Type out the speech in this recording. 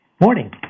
morning